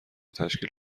تشکیل